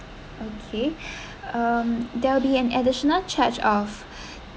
okay um there'll be an additional charge of